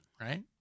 right